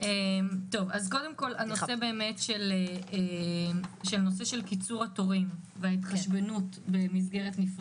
הנושא של קיצור התורים וההתחשבנות במסגרת נפרדת.